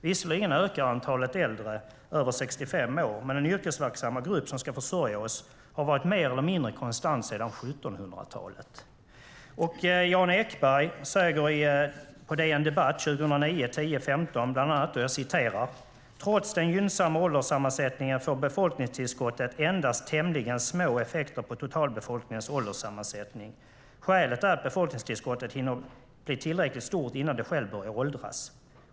Visserligen ökar antalet äldre över 65 år, men den yrkesverksamma grupp som ska försörja oss har varit mer eller mindre konstant sedan 1700-talet. Jan Ekberg säger på DN Debatt den 15 oktober 2009 bland annat: "Trots den gynnsamma ålderssammansättningen får befolkningstillskottet endast tämligen små effekter på totalbefolkningens ålderssammansättning. Skälet är att befolkningstillskottet inte hinner bli tillräckligt stort innan det själv börjar åldras.